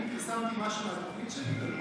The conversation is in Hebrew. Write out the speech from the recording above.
אני פרסמתי משהו מהתוכנית שלי?